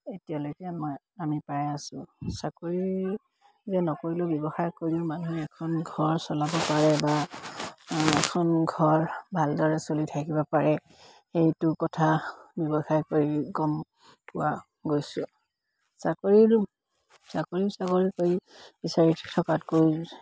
এতিয়ালৈকে মই আমি পাই আছোঁ চাকৰি যে নকৰিলেও ব্যৱসায় কৰিও মানুহে এখন ঘৰ চলাব পাৰে বা এখন ঘৰ ভালদৰে চলি থাকিব পাৰে সেইটো কথা ব্যৱসায় কৰি গম পোৱা গৈছোঁ চাকৰি চাকৰি কৰি বিচাৰি থকাতকৈ